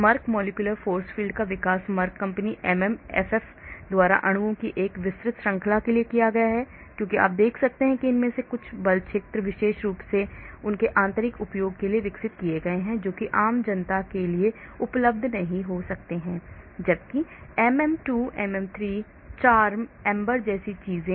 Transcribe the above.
Merck Molecular Force Field का विकास Merck company MMFF द्वारा अणुओं की एक विस्तृत श्रृंखला के लिए किया गया है क्योंकि आप देख सकते हैं कि इनमें से कुछ बल क्षेत्र विशेष रूप से उनके आंतरिक उपयोग के लिए विकसित किए गए हैं जो कि आम जनता के लिए उपलब्ध नहीं हो सकते हैं जबकि MM2 MM3 CHARMM AMBER जैसी चीजें